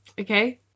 Okay